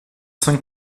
cinq